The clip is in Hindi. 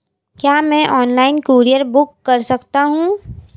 क्या मैं ऑनलाइन कूरियर बुक कर सकता हूँ?